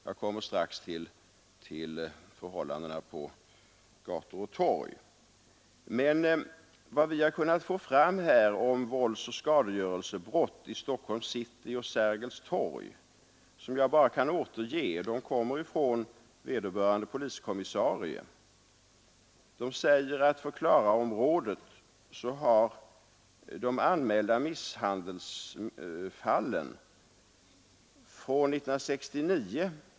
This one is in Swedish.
Jag kommer strax till förhållandena på gator och torg. Vad vi har kunnat få fram om våldsoch skadegörelsebrott i Stockholms city och på Sergels torg — jag kan bara återge de siffror som kommer från vederbörande poliskommissarie — är följande. För Klaraområdet har de anmälda misshandelsfallen minskat från 1969.